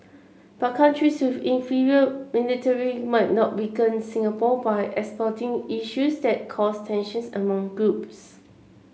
but countries with inferior military might not weaken Singapore by exploiting issues that cause tensions among groups